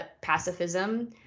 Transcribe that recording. pacifism